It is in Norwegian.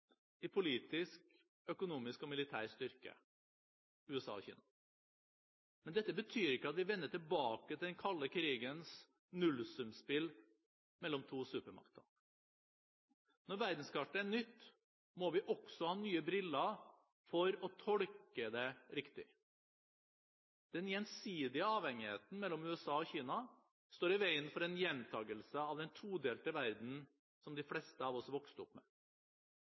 i politisk, økonomisk og militær styrke: USA og Kina. Men dette betyr ikke at vi vender tilbake til den kalde krigens nullsumspill mellom to supermakter. Når verdenskartet er nytt, må vi også ha nye briller for å tolke det riktig. Den gjensidige avhengigheten mellom USA og Kina står i veien for en gjentakelse av den todelte verden som de fleste av oss vokste opp med.